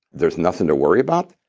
there's nothing to worry about.